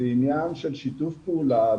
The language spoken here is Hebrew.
עניין של שיתוף פעולה,